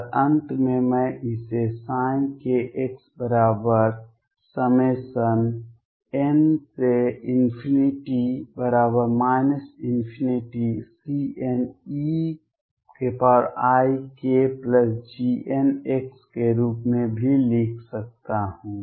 और अंत में मैं इसे kxn ∞CneikGnx के रूप में भी लिख सकता हूं